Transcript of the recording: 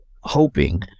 hoping